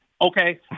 Okay